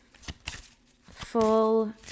full